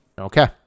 Okay